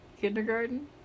Kindergarten